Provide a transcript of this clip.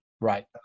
Right